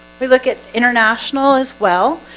we look at international as well.